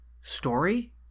story